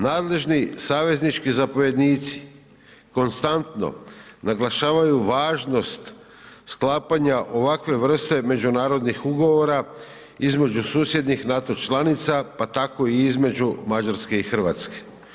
Nadležni saveznički zapovjednici konstantno naglašavaju važnost sklapanja ovakve vrste međunarodnih ugovora između susjednih NATO članica pa tako i između Mađarske i Hrvatske.